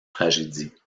tragédie